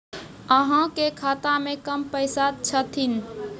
अहाँ के खाता मे कम पैसा छथिन?